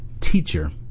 teacher